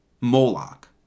Moloch